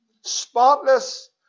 spotless